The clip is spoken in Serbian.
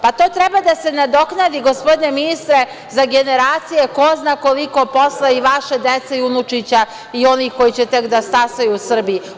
Pa to treba da se nadoknadi, gospodine ministre, za generacije ko zna koliko posle i vaše dece i unučića i onih koji će tek da stasaju u Srbiji.